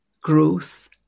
growth